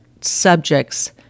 subjects